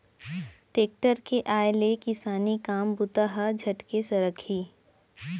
tractor के आय ले किसानी काम बूता ह झटके सरकही